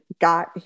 got